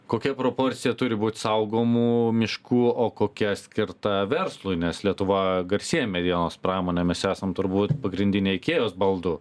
kokia proporcija turi būt saugomų miškų o kokia skirta verslui nes lietuva garsėja medienos pramone mes esam turbūt pagrindiniai ikėjos baldų